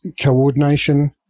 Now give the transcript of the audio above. coordination